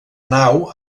nau